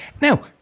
Now